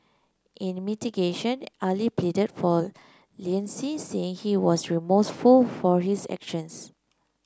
in mitigation Ali pleaded for saying he was remorseful for his actions